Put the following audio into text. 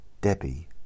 Debbie